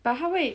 but 他会